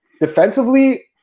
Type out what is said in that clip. defensively